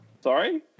Sorry